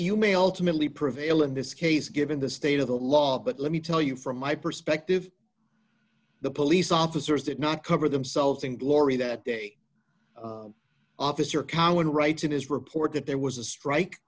you may ultimately prevail in this case given the state of the law but let me tell you from my perspective the police officers did not cover themselves in glory that officer cowan writes in his report that there was a strike